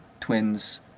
twins